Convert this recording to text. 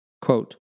Quote